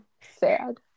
Sad